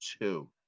two